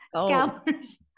scalpers